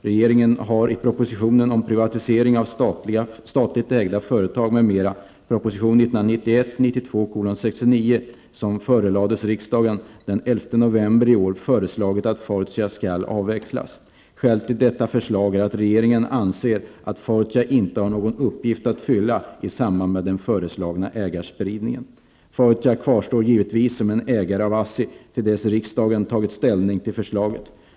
Regeringen har i proposition om privatisering av statligt ägda företag, m.m. som förelades riksdagen den 11 november i år föreslagit att Fortia skall avvecklas. Skälet till detta förslag är att regeringen anser att Fortia inte har någon uppgift att fylla i samband med den föreslagna ägarspridningen. Fortia kvarstår givetvis som ägare av ASSI till dess riksdagen tagit ställning till förslaget.